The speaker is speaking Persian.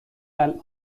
الان